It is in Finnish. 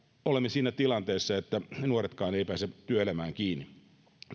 olemme siinä tilanteessa että nuoretkaan eivät pääse työelämään kiinni